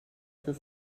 für